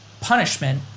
punishment